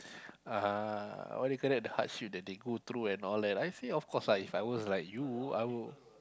uh what you call that the hardship that they go through and all that I say of course lah If I was like you I would